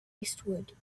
eastward